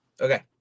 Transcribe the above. Okay